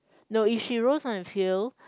no if she rows on a field